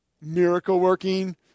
miracle-working